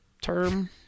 term